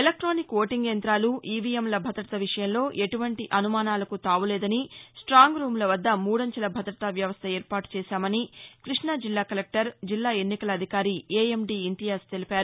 electronic voting యంగ్రాతాలు ఈవీఎంల భాదత విషయంలో ఎటువంటి అసుమానాలకు తావులేదని స్టాంగ్ రూముల వద్ద మూడంచెల భద్రత వ్యవస్థ ఏర్పాటు చేశామని కృష్ణా జిల్లా కలెక్టర్ జిల్లా ఎన్నికల అధికారి ఏఎండి ఇంతియాజ్ తెలిపారు